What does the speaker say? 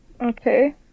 Okay